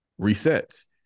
resets